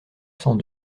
cent